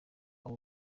abo